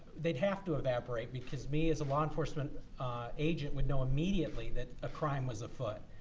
they'd have to evaporate. because me as a law enforcement agent would know immediately that a crime was afoot.